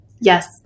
Yes